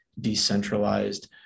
decentralized